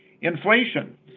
inflation